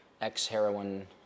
ex-heroin